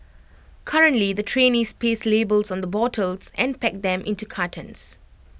currently the trainees paste labels on the bottles and pack them into cartons